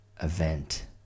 event